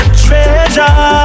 treasure